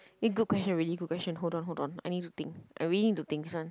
eh good question really good question hold on hold on I need to think I really need to think this one